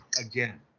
again